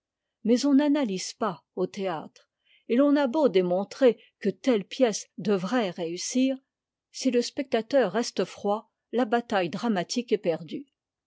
mais on n'analyse pas au théâtre et l'on a beau démontrer que telle pièce devrait réussir si le spectateur reste froid la bataille dramatique est perdue